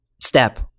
step